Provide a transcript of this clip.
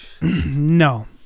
no